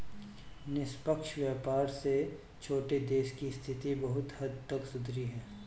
निष्पक्ष व्यापार से छोटे देशों की स्थिति बहुत हद तक सुधरी है